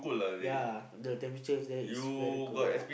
ya the temperature there is very cold